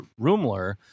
Rumler